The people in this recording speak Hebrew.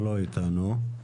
בבקשה.